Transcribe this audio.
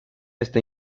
esta